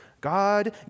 God